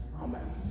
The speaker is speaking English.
Amen